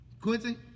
Quincy